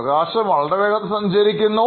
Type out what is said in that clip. പ്രകാശം വളരെ വേഗത്തിൽ സഞ്ചരിക്കുന്നു